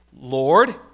Lord